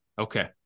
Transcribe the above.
Okay